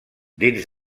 dins